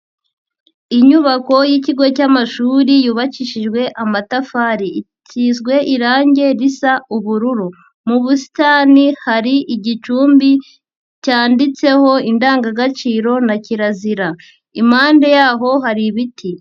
Inyubako y'ikigo cy'amashuri yubakishijwe amatafari, isizwe irangi risa ubururu, mu busitani hari igicumbi cyanditseho indangagaciro na kirazira, impande yaho hari ibiti.